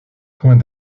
point